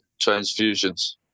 transfusions